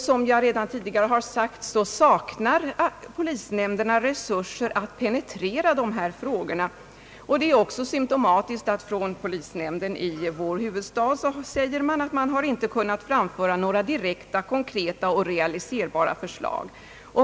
Som jag redan tidigare sagt saknar polisnämnderna resurser att penetrera dessa frågor. Det är också symtomatiskt att polisnämnden i vår huvudstad säger att man inte kunnat framföra några direkta, konkreta och realiserbara förslag.